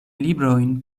librojn